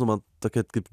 man tokia kaip